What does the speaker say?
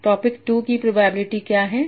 topic 2 की probability क्या है